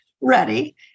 Ready